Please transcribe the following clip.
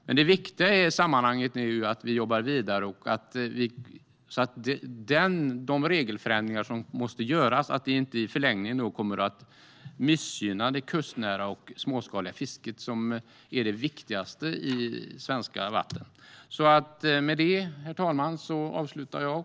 Men det viktiga i sammanhanget är att vi nu jobbar vidare så att inte de regelförändringar som måste göras i förlängningen missgynnar det kustnära och småskaliga fisket som är det viktigaste i svenska vatten. Med detta avslutar jag mitt anförande.